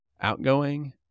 outgoing